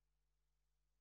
(הישיבה נפסקה בשעה